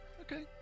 Okay